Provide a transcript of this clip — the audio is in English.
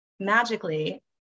magically